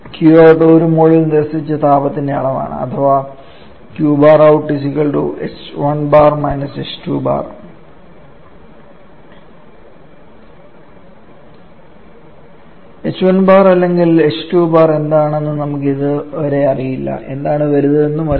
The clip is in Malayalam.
qout ഒരു യൂണിറ്റ് മോളിൽ നിരസിച്ച താപത്തിന്റെ അളവ് അഥവാ h1 bar അല്ലെങ്കിൽ h2 bar എന്താണെന്ന് നമുക്ക് ഇതുവരെ അറിയില്ല ഏതാണ് വലുത് എന്നുമറിയില്ല